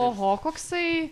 oho koksai